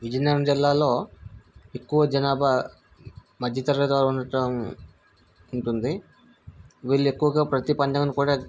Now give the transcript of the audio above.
విజయనగరం జిల్లాలో ఎక్కువ జనాభా మధ్యతరగతి వారు ఉండటం ఉంటుంది వీళ్ళు ఎక్కువగా ప్రతి పండగను కూడా